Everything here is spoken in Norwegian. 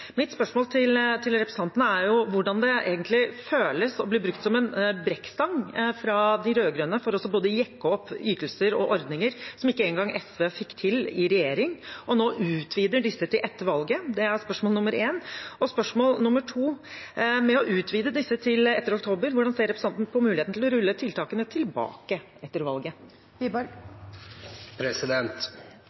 Mitt spørsmål til representanten Wiborg er: Hvordan føles det egentlig å bli brukt som en brekkstang for de rød-grønne for både å jekke opp ytelser og ordninger som ikke en gang SV fikk til i regjering og nå å utvide disse til etter valget? Det er spørsmål nr. 1. Spørsmål nr. 2: Ved å utvide disse til etter oktober, hvordan ser representanten på muligheten til å rulle tiltakene tilbake etter valget?